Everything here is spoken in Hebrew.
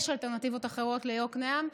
ויש אלטרנטיבות אחרות ליקנעם.